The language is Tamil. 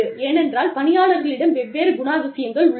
ஏனென்றால் பணியாளர்களிடம் வெவ்வேறு குணாதிசயங்கள் உள்ளன